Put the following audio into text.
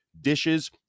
dishes